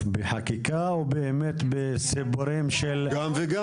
בחקיקה או באמת בסיפורים --- גם וגם.